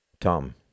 Tom